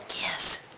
Yes